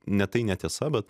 ne tai netiesa bet